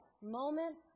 moment